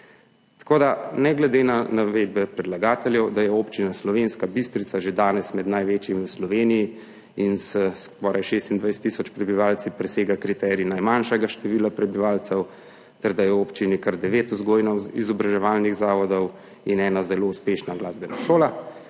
zakona. Ne glede na navedbe predlagateljev, da je Občina Slovenska Bistrica že danes med največjimi v Sloveniji in s skoraj 26 tisoč prebivalci presega kriterij najmanjšega števila prebivalcev, ter da je v občini kar devet vzgojno izobraževalnih zavodov in ena zelo uspešna glasbena šola,